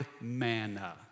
manna